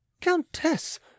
Countess